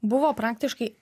buvo praktiškai